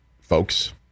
folks